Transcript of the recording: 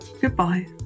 Goodbye